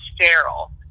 sterile